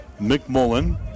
McMullen